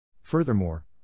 Furthermore